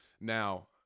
Now